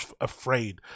afraid